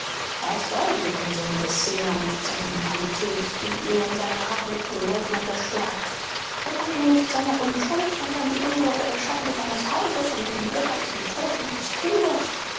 was soll die unsinnige szene und sentimentalität die ihn in seinem hartnäckigen leugnen bestärkt beweine nicht seine unschuld sondern die ungeheure schande seines hauses und den bürgerlichen tod unseres kindes